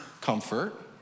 comfort